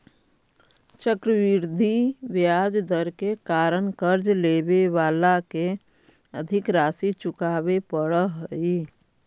चक्रवृद्धि ब्याज दर के कारण कर्ज लेवे वाला के अधिक राशि चुकावे पड़ऽ हई